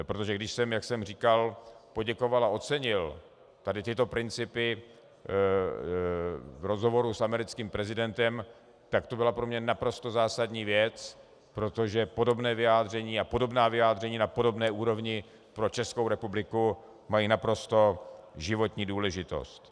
Protože když jsem, jak jsem říkal, poděkoval a ocenil tyto principy v rozhovoru s americkým prezidentem, tak to byla pro mě naprosto zásadní věc, protože podobné vyjádření a podobná vyjádření na podobné úrovni pro Českou republiku mají naprosto životní důležitost.